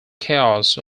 chaos